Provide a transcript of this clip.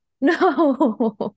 No